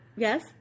Yes